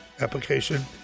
application